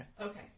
Okay